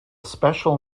special